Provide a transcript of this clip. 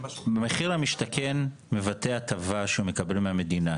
המחיר למשתכן מבטא הטבה שהוא מקבל מהמדינה,